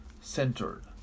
centered